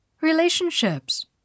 Relationships